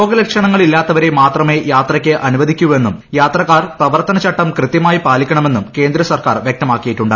രോഗലക്ഷണങ്ങളില്ലാത്തവരെ മാത്രമെ യാത്രയ്ക്ക് അനുവദിക്കുവെന്നും യാത്രക്കാർ പ്രവർത്തനചട്ടം കൃത്യമായും പാലിക്കണമെന്നും കേന്ദ്രസർക്കാർ വ്യക്തമാക്കിയിട്ടുണ്ട്